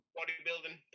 Bodybuilding